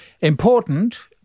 important